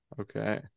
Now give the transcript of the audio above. Okay